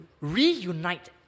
reunite